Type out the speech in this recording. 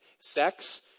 sex